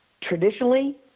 traditionally